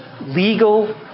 legal